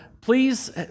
please